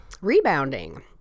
rebounding